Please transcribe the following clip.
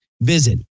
visit